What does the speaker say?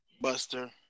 Buster